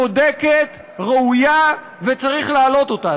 צודקת וראויה וצריך להעלות אותה,